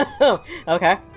Okay